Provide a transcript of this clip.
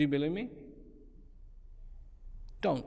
do you believe me don't